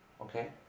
Okay